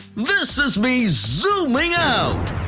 this is me zooomin' out